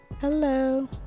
hello